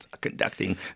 conducting